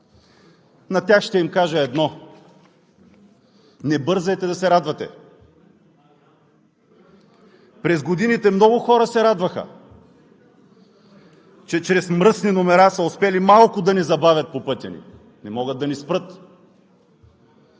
На тях ще им кажа едно: не бързайте да се радвате! През годините много хора се радваха, че чрез мръсни номера са успели малко да ни забавят по пътя ни. Не могат да ни спрат!